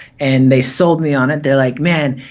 and they sold me on it, they're like, man,